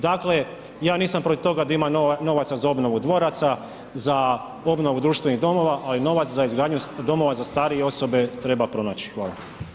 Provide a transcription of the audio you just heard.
Dakle, ja nisam protiv toga da ima novaca za obnovu dvoraca, za obnovu društvenih domova ali novac za izgradnju domova za starije osobe treba pronaći, hvala.